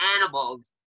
animals